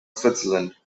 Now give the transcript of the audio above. switzerland